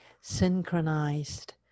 synchronized